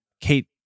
Kate